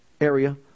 area